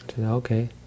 okay